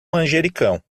manjericão